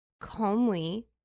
calmly